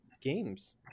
games